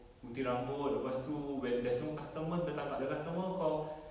gunting rambut lepas tu when there's no customer petang tak ada customer kau